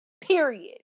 period